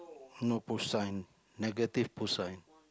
no post sign negative post sign